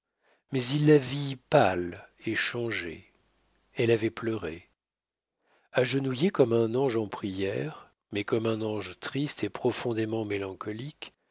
mais il la vit pâle et changée elle avait pleuré agenouillée comme un ange en prière mais comme un ange triste et profondément mélancolique